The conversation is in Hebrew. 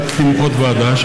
הקימו עוד ועדה,